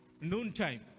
Noontime